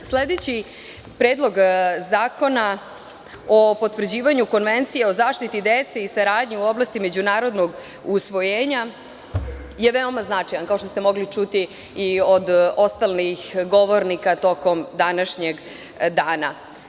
Sledeći Predlog zakon o potvrđivanju Konvencije o zaštiti dece i saradnje u oblasti međunarodnog usvojenja je veoma značajan, kao što ste mogli čuti i od ostalih govornika tokom današnjeg dana.